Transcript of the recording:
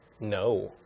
no